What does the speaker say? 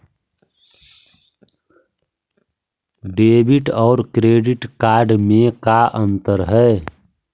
Debit और credit card में का अंतर है?